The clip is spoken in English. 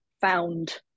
found